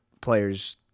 players